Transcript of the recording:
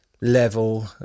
level